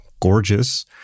gorgeous